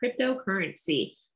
cryptocurrency